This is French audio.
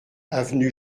avenue